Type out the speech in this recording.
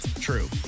True